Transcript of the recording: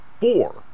four